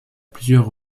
plusieurs